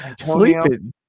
sleeping